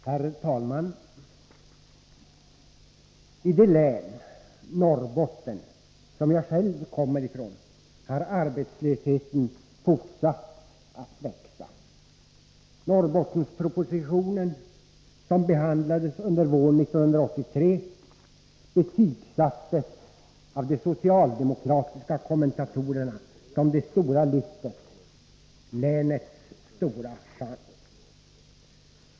Herr talman! I det län som jag själv kommer ifrån, Norrbotten, har arbetslösheten fortsatt att växa. Norrbottenspropositionen, som behandlades under våren 1983, betygsattes av de socialdemokratiska kommentatorerna som det stora lyftet, länets stora chans.